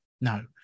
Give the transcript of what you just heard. No